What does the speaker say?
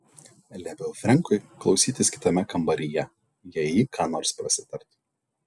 liepiau frenkui klausytis kitame kambaryje jei ji ką nors prasitartų